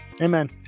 amen